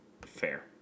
Fair